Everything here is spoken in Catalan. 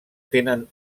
tenen